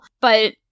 But-